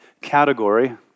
category